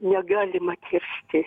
negalima kirsti